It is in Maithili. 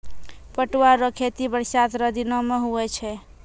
पटुआ रो खेती बरसात रो दिनो मे हुवै छै